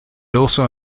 also